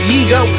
ego